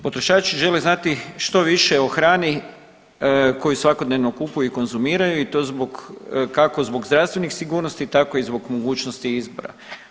Potrošači žele znati što više o hrani koju svakodnevno kupuju i konzumiraju i to kako zbog zdravstvenih sigurnosti, tako i zbog mogućnosti izbora.